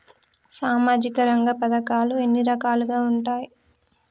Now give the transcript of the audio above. సామాజిక రంగ పథకాలు ఎన్ని రకాలుగా ఉంటాయి?